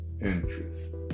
interest